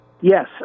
Yes